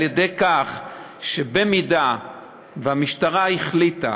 על-ידי כך שאם המשטרה החליטה